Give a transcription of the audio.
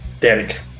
Derek